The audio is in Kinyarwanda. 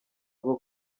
rwo